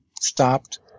stopped